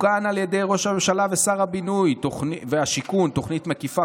תוקם על ידי ראש הממשלה ושר הבינוי והשיכון תוכנית מקיפה,